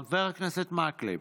חבר הכנסת מקלב,